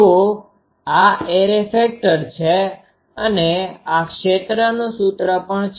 તો આ array factor છે અને આ ક્ષેત્રનુ સૂત્ર પણ છે